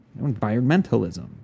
Environmentalism